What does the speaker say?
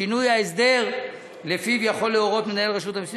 שינוי ההסדר שלפיו יכול מנהל רשות המסים